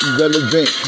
relevant